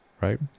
right